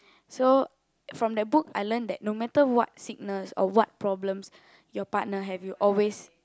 so from that book I learn that no matter what sickness or what problems your partner have you always